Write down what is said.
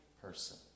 person